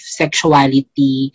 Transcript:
sexuality